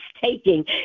taking